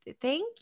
Thank